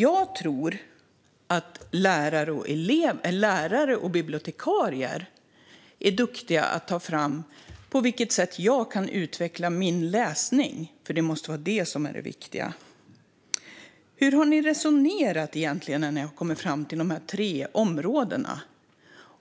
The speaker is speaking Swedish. Jag tror att lärare och bibliotekarier är duktiga på att ta fram på vilket sätt jag kan utveckla min läsning, och det måste vara det viktiga. Hur har ni resonerat när ni har kommit fram till de här tre områdena?